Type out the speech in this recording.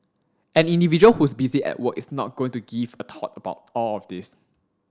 an individual who's busy at work is not going to give a thought about all of this